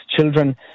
children